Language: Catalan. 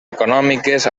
econòmiques